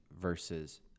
versus